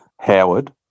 Howard